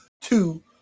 two